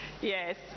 Yes